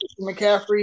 McCaffrey